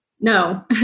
no